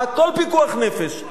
פיקוח נפש דוחה שבת.